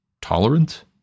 tolerant